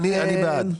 אני בעד.